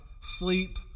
Sleep